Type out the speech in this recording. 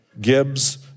Gibbs